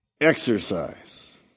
Exercise